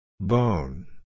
Bone